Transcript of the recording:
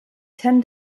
ten